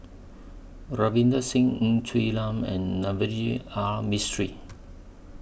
Ravinder Singh Ng Quee Lam and Navroji R Mistri